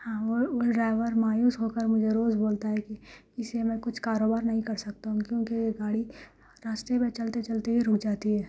ہاں وہ وہ ڈرائیور مایوس ہو کر مجھے روز بولتا ہے کہ اسے میں کچھ کاروبار نہیں کر سکتا ہوں کیونکہ یہ گاڑی راستے میں چلتے چلتے ہی رک جاتی ہے